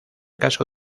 caso